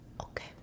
Okay